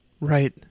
Right